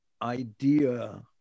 Idea